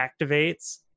activates